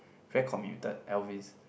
very committed Elvis